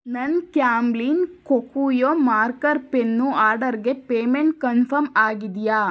ನನ್ನ Camlin Kokuyo marker pen ಆರ್ಡರ್ಗೆ payment confirm ಆಗಿದೆಯಾ